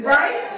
right